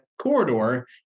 corridor